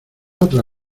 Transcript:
otra